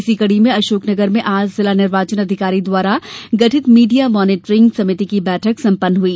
इसी कड़ी में अशोक नगर में आज जिला निर्वाचन अधिकारी द्वारा गठित मीडिया मॉनीटरिंग समिति की बैठक संपन्न हुई